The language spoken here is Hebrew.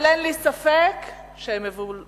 אבל אין לי ספק שהם מבולבלים